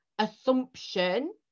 assumption